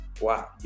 wow